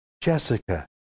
Jessica